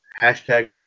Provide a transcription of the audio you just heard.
hashtag